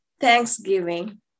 Thanksgiving